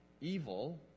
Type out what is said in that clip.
evil